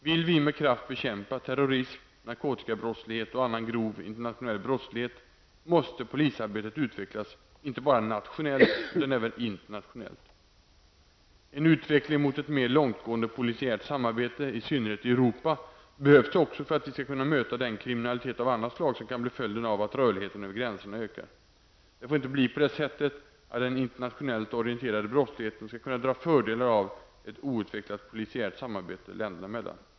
Vill vi med kraft bekämpa terrorism, narkotikabrottslighet och annan grov internationell brottslighet måste polisarbetet utvecklas inte bara nationellt utan även internationellt. En utveckling mot ett mer långtgående polisiärt samarbete i synnerhet i Europa behövs också för att vi skall kunna möta den kriminalitet av annat slag som kan bli följden av att rörligheten över gränserna ökar. Det får inte bli på det sättet att den internationellt orienterade brottsligheten skall kunna dra fördelar av ett outvecklat polisiärt samarbete länderna emellan.